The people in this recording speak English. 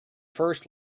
first